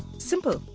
simple.